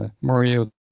mario